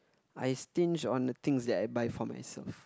I stinge on the things that I buy for myself